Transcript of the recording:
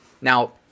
Now